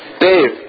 Dave